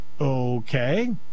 okay